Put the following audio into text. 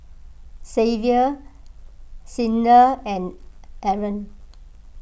Xavier Clyda and Arah